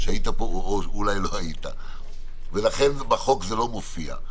שהיית פה אולי לא היית ולכן בחוק זה לא מופיע.